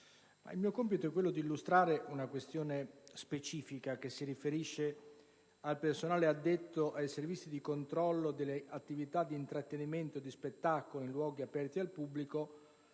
il mio compito è quello di illustrare una questione specifica che si riferisce all'impiego di personale addetto ai servizi di controllo delle attività di intrattenimento o di spettacolo in luoghi aperti al pubblico